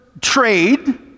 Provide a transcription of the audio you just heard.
trade